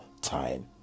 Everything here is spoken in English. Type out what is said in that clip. time